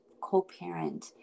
co-parent